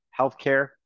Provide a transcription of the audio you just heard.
healthcare